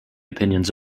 opinions